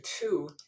two